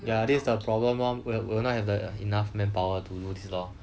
ya this is the problem lor will will not have the enough manpower to do this lor